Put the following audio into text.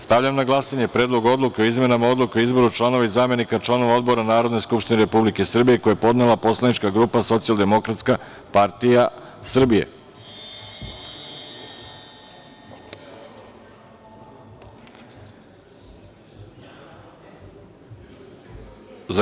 Stavljam na glasanje Predlog odluke o izmenama Odluke o izboru članova i zamenika članova odbora Narodne skupštine Republike Srbije, koji je podnela poslanička grupa Socijaldemokratska partija Srbije, u celini.